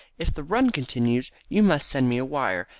if the run continues you must send me a wire,